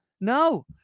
No